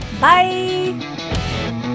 Bye